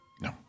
No